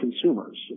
consumers